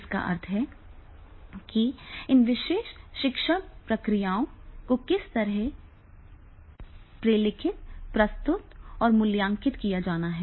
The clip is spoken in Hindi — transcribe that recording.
इसका अर्थ है कि इन विशेष शिक्षण प्रक्रियाओं को किस तरह प्रलेखित प्रस्तुत और मूल्यांकित किया जाना है